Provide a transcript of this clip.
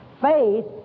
Faith